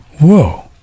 Whoa